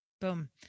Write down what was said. Boom